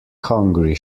hungry